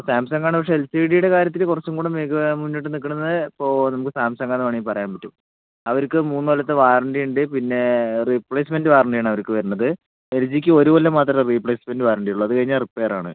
സാംസങ്ങാണെങ്കിൽ പക്ഷേ എൽ സിഡിയുടെ കാര്യത്തിൽ കുറച്ചും കൂടി മികവ് മുന്നിട്ട് നിൽക്കണത് ഇപ്പോൾ നമുക്ക് സാംസങ്ങ് ആണെന്ന് വേണമെങ്കിൽ പറയാൻ പറ്റും അവർക്ക് മൂന്നു കൊല്ലത്തെ വാറൻ്റിയുണ്ട് പിന്നെ റീപ്ലേസ്മെൻ്റ് വാറൻ്റിയാണ് അവർക്ക് വരണത് എൽ ജിക്ക് ഒരു കൊല്ലം മാത്രമേ റീപ്ലേസ്മെൻ്റ് വാറൻ്റിയുള്ളു അത് കഴിഞ്ഞാൽ റിപ്പയറാണ്